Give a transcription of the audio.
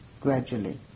gradually